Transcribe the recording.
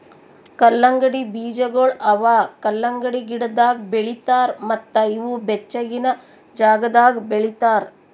ಕಲ್ಲಂಗಡಿ ಬೀಜಗೊಳ್ ಅವಾ ಕಲಂಗಡಿ ಗಿಡದಾಗ್ ಬೆಳಿತಾರ್ ಮತ್ತ ಇವು ಬೆಚ್ಚಗಿನ ಜಾಗದಾಗ್ ಬೆಳಿತಾರ್